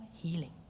healing